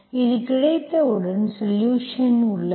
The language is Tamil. இது கிடைத்தவுடன் சொலுஷன் உள்ளது